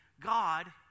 God